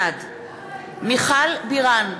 בעד מיכל בירן,